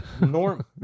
norm